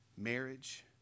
Marriage